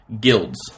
guilds